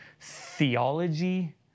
theology